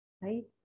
Right